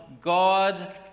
God